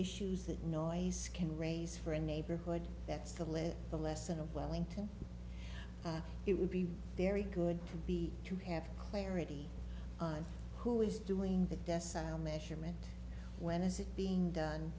issues that noise can raise for a neighborhood that's to lead the lesson of wellington it would be very good to be to have clarity on who is doing the decibel measurement when is it being done